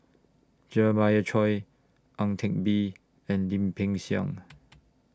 Jeremiah Choy Ang Teck Bee and Lim Peng Siang